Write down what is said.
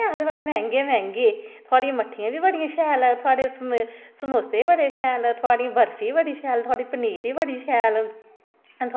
nursery चा बूह्टे आंदे नै बूह्टे जोआन बी होए दे नै ओह् फलदे गै नी हैन चार चार छे छे साल दे बूह्टे होई गे नै जोआन होए दे नै कोई फल नी उनेंगी